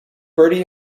bertie